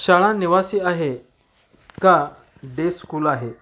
शाळा निवासी आहे का डे स्कूल आहे